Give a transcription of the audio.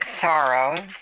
Sorrow